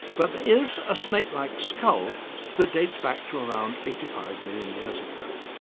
but there is a snake-like skull that dates back to around eighty five million years ago.